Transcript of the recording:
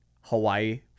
Hawaii